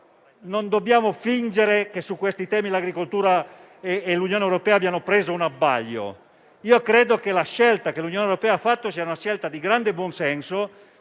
non dobbiamo fingere che su questi temi l'agricoltura e l'Unione europea abbiano preso un abbaglio. La scelta che l'Unione europea ha fatto è di grande buon senso,